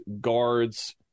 guards